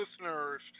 listeners